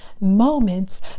moments